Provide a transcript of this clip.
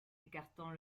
écartant